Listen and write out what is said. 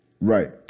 right